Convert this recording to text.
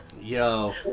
yo